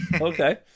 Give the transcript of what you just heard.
Okay